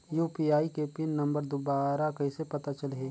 UPI के pin number दुबारा कइसे पता चलही?